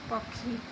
ପକ୍ଷୀ